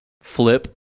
flip